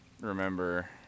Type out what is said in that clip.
remember